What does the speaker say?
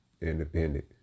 Independent